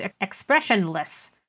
expressionless